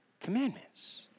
commandments